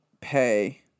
pay